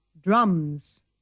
drums